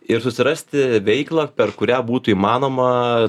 ir susirasti veiklą per kurią būtų įmanoma